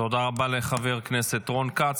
תודה רבה לחבר הכנסת רון כץ.